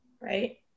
Right